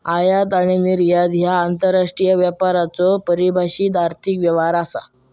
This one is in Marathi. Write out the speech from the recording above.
आयात आणि निर्यात ह्या आंतरराष्ट्रीय व्यापाराचो परिभाषित आर्थिक व्यवहार आसत